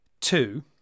two